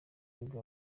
nibwo